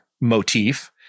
motif